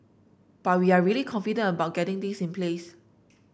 but we're really confident about getting things in place